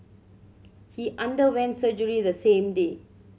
he underwent surgery the same day